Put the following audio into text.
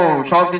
which um